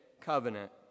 Covenant